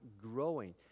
growing